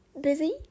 busy